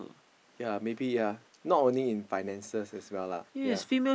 ya maybe ya not only in finances as well lah ya